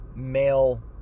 Male